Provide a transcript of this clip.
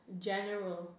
general